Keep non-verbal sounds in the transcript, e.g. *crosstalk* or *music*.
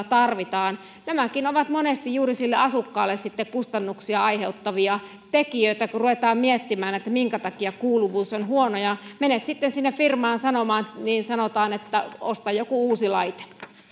*unintelligible* tarvitaan nämäkin ovat monesti juuri sille asukkaalle sitten kustannuksia aiheuttavia tekijöitä kun ruvetaan miettimään minkä takia kuuluvuus on huono ja jos menet sitten sinne firmaan sanomaan niin sanotaan että osta joku uusi laite